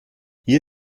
hier